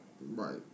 Right